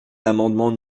l’amendement